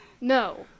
No